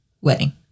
wedding